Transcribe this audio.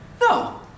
No